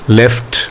left